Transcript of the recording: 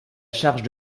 charge